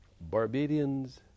Barbadians